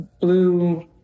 blue